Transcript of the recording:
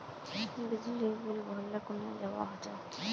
बिजली बिल भरले कुनियाँ जवा होचे?